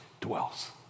dwells